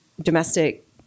domestic